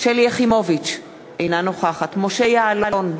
שלי יחימוביץ, אינה נוכחת משה יעלון,